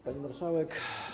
Pani Marszałek!